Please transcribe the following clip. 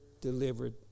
delivered